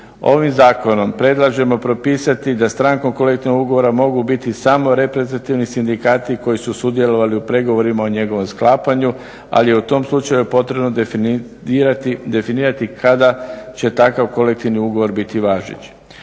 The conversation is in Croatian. Ovim zakonom predlažemo propisati da strankom kolektivnog ugovora mogu biti samo reprezentativni sindikati koji su sudjelovali u pregovorima o njegovom sklapanju ali je u tom slučaju potrebno definirati kada će takav kolektivni ugovor biti važeći.